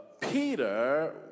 Peter